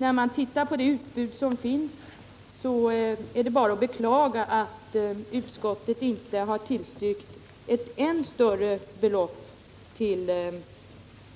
När man då ser på det utbud som finns, är det bara att beklaga att utskottet inte har tillstyrkt ett än större belopp till